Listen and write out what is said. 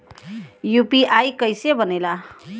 UPI कईसे बनेला?